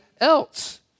else